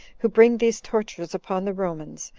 who bring these tortures upon the romans,